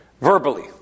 verbally